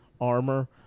armor